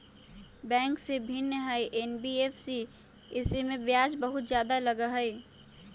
Bank से भिन्न हई एन.बी.एफ.सी इमे ब्याज बहुत ज्यादा लगहई?